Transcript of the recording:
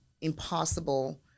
impossible